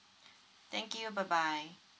thank you bye bye